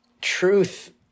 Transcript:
truth